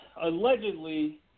Allegedly